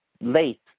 late